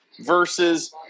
versus